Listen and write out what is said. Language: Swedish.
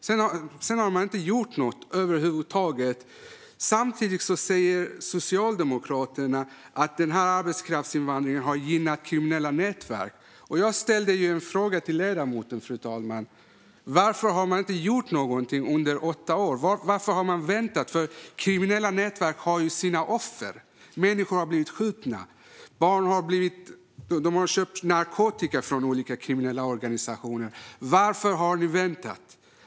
Sedan har man inte gjort något över huvud taget. Samtidigt säger Socialdemokraterna att arbetskraftsinvandringen har gynnat kriminella nätverk. Jag ställde en fråga till ledamoten. Varför har man inte gjort något under åtta år? Varför har man väntat? Kriminella nätverk har sina offer. Människor har blivit skjutna, och barn har köpt narkotika från olika kriminella organisationer. Varför har ni väntat?